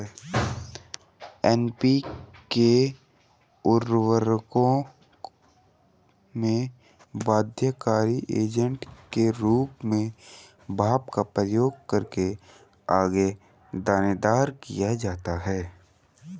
NPK उर्वरकों में बाध्यकारी एजेंट के रूप में भाप का उपयोग करके आगे दानेदार किया जाता है